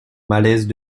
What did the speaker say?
malaise